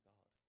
God